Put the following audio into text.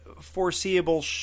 foreseeable